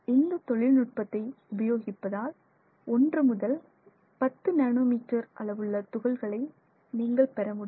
இந்த தொழில் நுட்பத்தை உபயோகிப்பதால் 1 முதல் 10 நானோ மீட்டர் அளவுள்ள துகள்களை நீங்கள் பெற முடியும்